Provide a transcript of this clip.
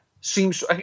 seems –